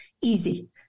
Easy